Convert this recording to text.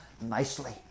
nicely